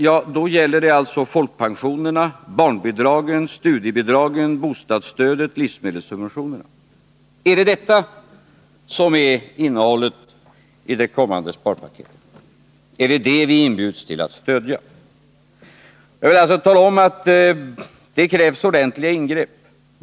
Ja, då gäller det alltså folkpensionerna, barnbidragen, studiebidragen, bostadsstödet, livsmedelssubventionerna. Är det detta som är innehållet i det kommande sparpaketet? Är det vad vi inbjuds till att stödja? Jag vill tala om att det krävs ordentliga ingrepp.